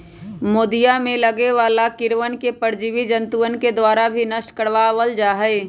मोदीया में लगे वाला कीड़वन के परजीवी जंतुअन के द्वारा भी नष्ट करवा वल जाहई